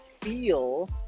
feel